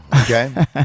okay